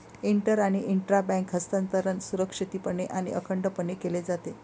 inter आणि intra bank हस्तांतरण सुरक्षितपणे आणि अखंडपणे केले जाते